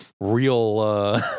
real